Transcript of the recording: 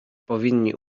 powinni